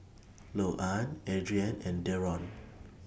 Louann Adrianne and Deron